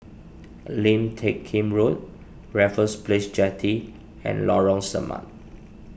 Lim Teck Kim Road Raffles Place Jetty and Lorong Samak